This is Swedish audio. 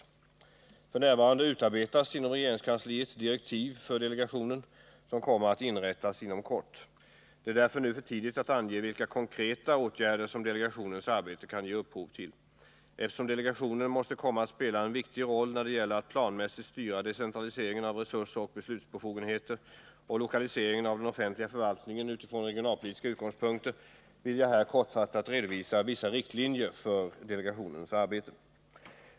F.n. utarbetas inom regeringskansliet direktiv för delegationen, som kommer att inrättas inom kort. Det är därför nu för tidigt att ange vilka konkreta åtgärder som delegationens arbete kan ge upphov till. Eftersom delegationen måste komma att spela en viktig roll när det gäller att planmässigt styra decentraliseringen av resurser och beslutsbefogenheter och lokaliseringen av den offentliga förvaltningen utifrån regionalpolitiska utgångspunkter, vill jag här kortfattat redovisa vissa riktlinjer för delegationens arbete.